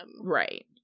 Right